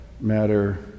matter